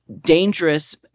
dangerous